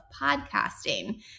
podcasting